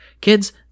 Kids